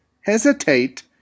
hesitate